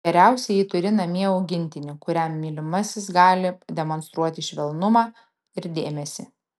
geriausia jei turi namie augintinį kuriam mylimasis gali demonstruoti švelnumą ir dėmesį